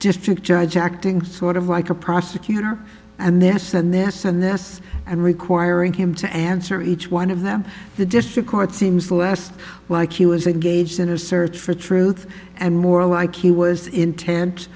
district judge acting sort of like a prosecutor and this this and this and requiring him to answer each one of them the district court seems less like he was engaged in a search for truth and more like he was intent